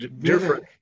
Different